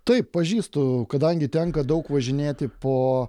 taip pažįstu kadangi tenka daug važinėti po